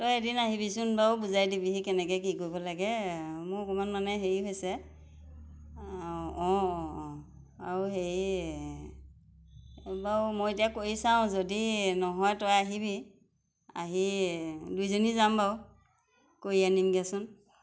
তই এদিন আহিবিচোন বাৰু বুজাই দিবিহি কেনেকৈ কি কৰিব লাগে মোৰ অকণমান মানে হেৰি হৈছে অঁ অঁ অঁ আৰু হেৰি বাৰু মই এতিয়া কৰি চাওঁ যদি নহয় তই আহিবি আহি দুয়োজনী যাম বাৰু কৰি আনিমগৈচোন